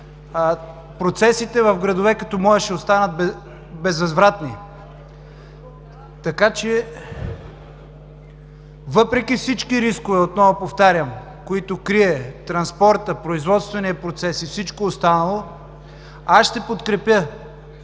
процесите в градовете като моя, ще останат безвъзвратни. Въпреки всичките рискове, отново повтарям, които крие транспортът, производствения процес и всичко останало, аз ще подкрепя